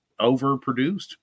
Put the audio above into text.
overproduced